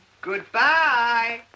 Goodbye